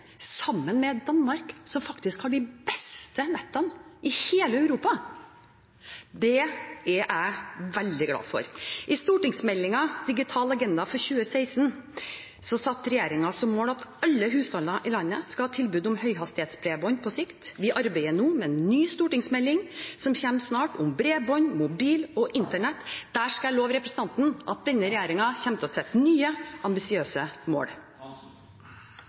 sammen med Danmark, som faktisk har de beste nettet i hele Europa. Det er jeg veldig glad for. I stortingsmeldingen Digital agenda for Norge, fra 2016, satte regjeringen som mål at alle husstander i landet skal ha tilbud om høyhastighetsbredbånd på sikt. Vi arbeider nå med en ny stortingsmelding, som kommer snart, om bredbånd, mobil og internett. Der skal jeg love representanten at denne regjeringen kommer til å sette seg nye ambisiøse mål.